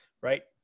right